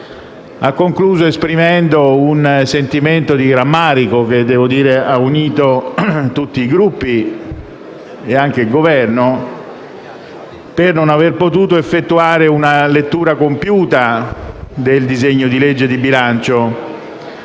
ha concluso esprimendo un sentimento di rammarico, che devo dire ha unito tutti i Gruppi, ed anche il Governo, per non aver potuto effettuare una lettura compiuta del disegno di legge di bilancio.